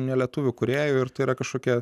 ne lietuvių kūrėjų ir tai yra kažkokia